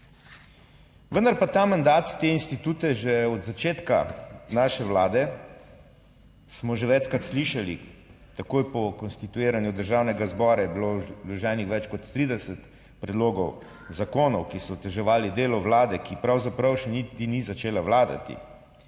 Vendar pa ta mandat te institute že od začetka naše vlade, smo že večkrat slišali, takoj po konstituiranju Državnega zbora je bilo vloženih več kot 30 predlogov zakonov, ki so oteževali delo vlade, ki pravzaprav še niti ni začela vladati.